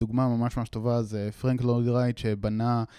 דוגמה ממש ממש טובה זה פרנק לורד רייט שבנה